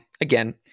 again